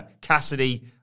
Cassidy